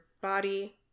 body